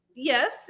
Yes